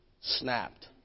snapped